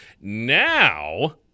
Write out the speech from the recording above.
now